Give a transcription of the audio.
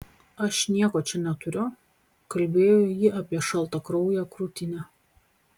aš nieko čia neturiu kalbėjo ji apie šaltakrauję krūtinę